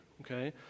okay